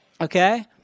Okay